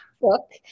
book